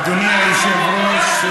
אדוני היושב-ראש,